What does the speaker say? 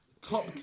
Top